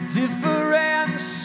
difference